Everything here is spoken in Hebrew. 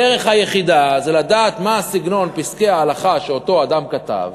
הדרך היחידה זה לדעת מה סגנון פסקי ההלכה שאותו אדם כתב,